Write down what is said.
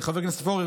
חבר הכנסת פורר,